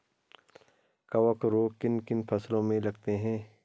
कवक रोग किन किन फसलों में लगते हैं?